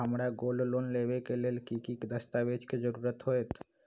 हमरा gold loan लेबे के लेल कि कि दस्ताबेज के जरूरत होयेत?